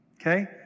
Okay